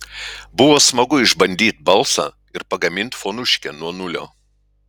buvo smagu išbandyt balsą ir pagamint fonuškę nuo nulio